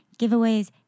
giveaways